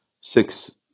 Six